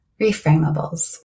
reframables